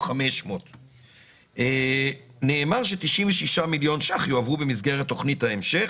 500. נאמר ש-96 מיליון ₪ יועברו במסגרת תכנית ההמשך.